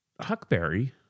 Huckberry